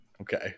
Okay